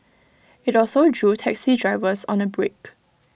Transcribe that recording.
IT also drew taxi drivers on A break